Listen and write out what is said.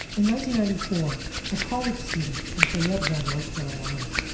and ninety ninety four, a college student in fayetteville, north carolina,